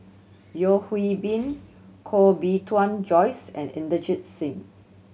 Yeo Hwee Bin Koh Bee Tuan Joyce and Inderjit Singh